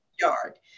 yard